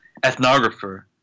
ethnographer